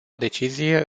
decizie